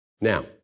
Now